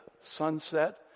sunset